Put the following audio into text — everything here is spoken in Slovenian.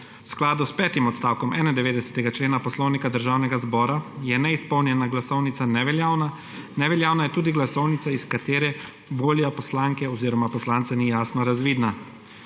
V skladu s petim odstavkom 91. člena Poslovnika Državnega zbora je neizpolnjena glasovnica neveljavna. Neveljavna je tudi glasovnica, iz katere volja poslanke oziroma poslanca ni jasno razvidna.V